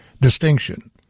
distinction